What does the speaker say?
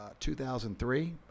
2003